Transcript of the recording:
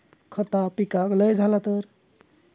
खता पिकाक लय झाला तर?